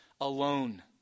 alone